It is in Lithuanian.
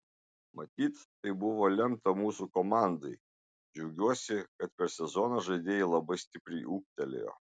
matyt taip buvo lemta mūsų komandai džiaugiuosi kad per sezoną žaidėjai labai stipriai ūgtelėjo